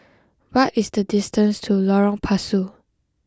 what is the distance to Lorong Pasu